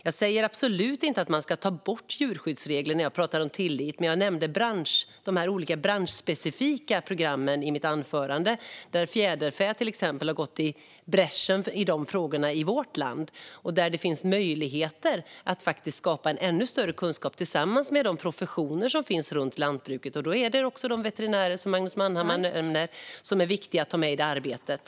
Jag säger absolut inte att man ska ta bort djurskyddsregler när jag talar om tillit, men jag nämnde de olika branschspecifika programmen i mitt anförande. Fjäderfäbranschen har till exempel gått i bräschen för de frågorna i vårt land. Där finns det möjligheter att skapa ännu större kunskap tillsammans med de professioner som finns runt lantbruket. Också de veterinärer som Magnus Manhammar nämnde är viktiga att ta med i det arbetet.